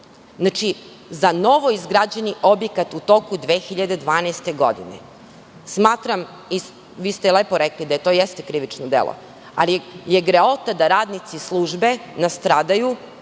dozvolu za novoizgrađeni objekat u toku 2012. godine. Vi ste lepo rekli da to jeste krivično delo, ali je greota da radnici službe nastradaju,